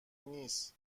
نیس